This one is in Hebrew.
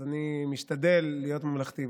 אז אני משתדל להיות ממלכתי,